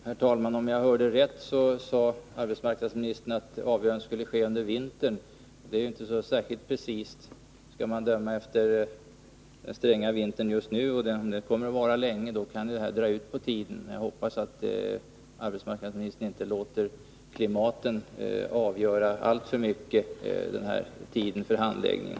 Herr talman! Om jag hörde rätt sade arbetsmarknadsministern att avgörandet skulle ske under vintern. Det är inte ett särskilt precist uttryck. Skall man döma av den stränga vintern just nu och kommer den att vara länge, kan detta dra ut på tiden. Jag hoppas att arbetsmarknadsministern inte låter klimatet alltför mycket avgöra tiden för handläggningen.